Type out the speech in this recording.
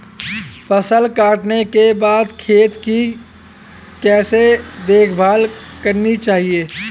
फसल काटने के बाद खेत की कैसे देखभाल करनी चाहिए?